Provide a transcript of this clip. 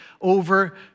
over